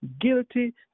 guilty